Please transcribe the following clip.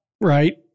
right